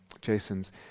Jason's